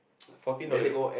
forty dollar